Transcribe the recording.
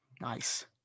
Nice